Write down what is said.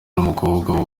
n’umukobwa